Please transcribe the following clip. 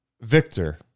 Victor